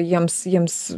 jiems jiems